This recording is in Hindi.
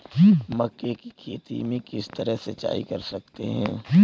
मक्के की खेती में किस तरह सिंचाई कर सकते हैं?